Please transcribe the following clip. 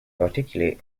articulate